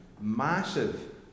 massive